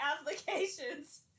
applications